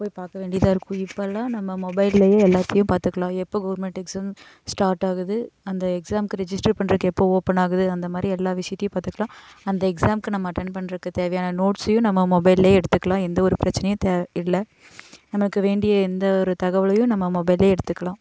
போய் பார்க்க வேண்டியதாக இருக்கும் இப்போல்லாம் நம்ம மொபைல்லேயே எல்லாத்தையும் பார்த்துக்கலாம் எப்போ கவுர்மெண்ட் எக்ஸாம் ஸ்டார்ட் ஆகுது அந்த எக்ஸாமுக்கு ரிஜிஸ்டர் பண்ணுறக்கு எப்போ ஓப்பன் ஆகுது அந்தமாதிரி எல்லா விஷயத்தையும் பார்த்துக்கலாம் அந்த எக்ஸாமுக்கு நம்ம அட்டன்ட் பண்ணறக்கு தேவையான நோட்ஸையும் நம்ம மொபைல்லேயே எடுத்துக்கலாம் எந்தவொரு பிரச்சினையும் தேவையில்லை நமக்கு வேண்டிய எந்தவொரு தகவலையும் நம்ம மொபைல்லையே எடுத்துக்கலாம்